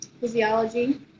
physiology